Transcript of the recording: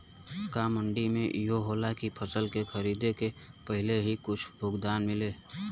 का मंडी में इहो होला की फसल के खरीदे के पहिले ही कुछ भुगतान मिले?